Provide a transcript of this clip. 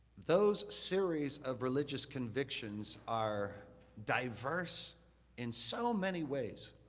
those series of religious convictions are diverse in so many ways,